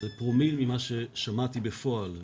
זה פרומיל ממה ששמעתי בפועל,